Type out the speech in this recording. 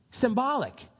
symbolic